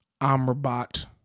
Amrabat